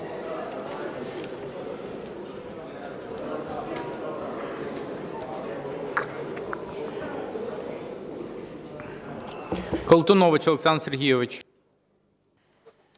Колтунович Олександр Сергійович.